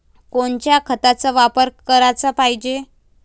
कोनच्या खताचा वापर कराच पायजे?